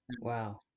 Wow